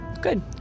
good